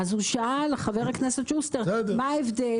חבר הכנסת שוסטר שאל מה ההבדל.